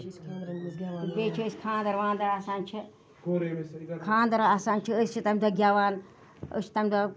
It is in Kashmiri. بیٚیہِ چھِ أسۍ خاندَر وانٛدَر آسان چھِ خاندَر آسان چھِ أسۍ چھِ تمہِ دۄہ گٮ۪وان أسۍ چھِ تمہِ دۄہ